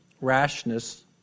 rashness